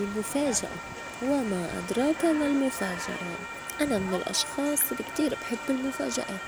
المُفاجأة وما أدراك ما المُفاجأة أنا من الأشخاص الّي كتير بحب المُفاجآت